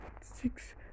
six